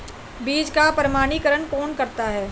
बीज का प्रमाणीकरण कौन करता है?